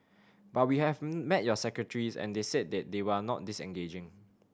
but we have met your secretaries and they said that they are not disengaging